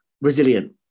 resilient